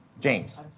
James